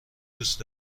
دوست